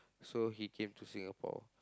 so he came to Singapore